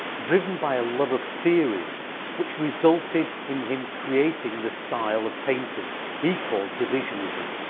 driven by a love of theories which resulted in him creating the style of painting he called divisionism.